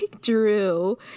drew